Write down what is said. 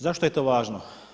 Zašto je to važno?